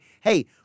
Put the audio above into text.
hey